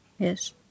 Yes